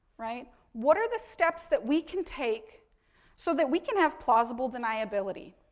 right, what are the steps that we can take so that we can have plausible deniability?